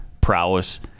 prowess